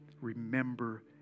remember